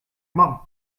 mum